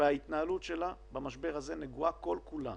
וההתנהלות שלה במשבר הזה נגועה כל כולה